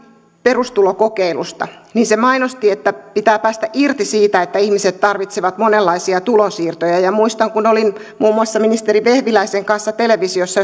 perustulokokeilusta niin se mainosti että pitää päästä irti siitä että ihmiset tarvitsevat monenlaisia tulonsiirtoja muistan kun olin muun muassa ministeri vehviläisen kanssa televisiossa